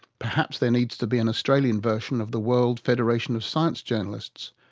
perhaps there needs to be an australian version of the world federation of science journalists,